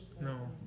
No